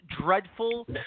dreadful